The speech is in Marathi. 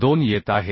2 येत आहे